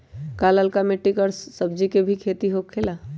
का लालका मिट्टी कर सब्जी के भी खेती हो सकेला?